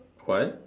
what